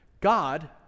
God